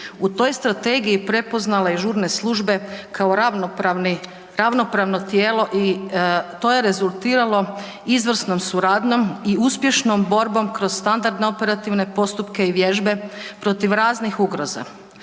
u toj strategiji prepoznala i žurne službe, kao ravnopravno tijelo i to je rezultiralo izvrsnom suradnjom i uspješnom borbom kroz standardne operativne postupke i vježbe protiv raznih ugroza,